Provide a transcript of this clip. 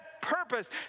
purpose